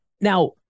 now